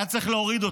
היה צריך להוריד אותו.